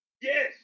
Yes